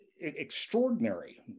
extraordinary